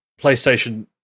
PlayStation